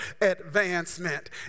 advancement